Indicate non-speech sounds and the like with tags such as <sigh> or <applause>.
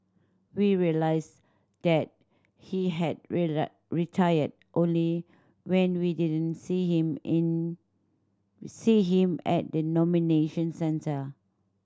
we realise that he had <unintelligible> retired only when we didn't see him in see him at the nomination centre